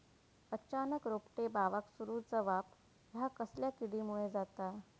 अचानक रोपटे बावाक सुरू जवाप हया कसल्या किडीमुळे जाता?